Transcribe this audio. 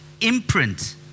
imprint